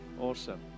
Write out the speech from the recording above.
Awesome